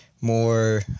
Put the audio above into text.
more